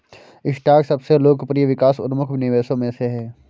stock सबसे लोकप्रिय विकास उन्मुख निवेशों में से है